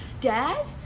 Dad